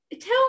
tell